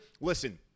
Listen